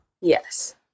Yes